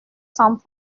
sans